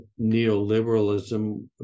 neoliberalism